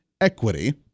equity